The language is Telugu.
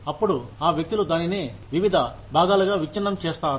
అప్పుడు ఆ వ్యక్తులు దానిని వివిధ భాగాలుగా విచ్ఛిన్నం చేస్తారు